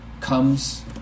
comes